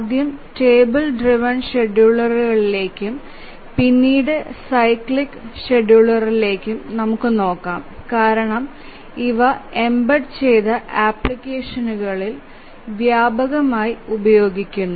ആദ്യം table driven ഷെഡ്യൂളറിലേക്കും പിന്നീട് സൈക്ലിക് ഷെഡ്യൂളറിലേക്കും നോക്കാം കാരണം ഇവ എംബെഡ് ചെയ്ത അപ്ലിക്കേഷനുകളിൽ വ്യാപകമായി ഉപയോഗിക്കുന്നു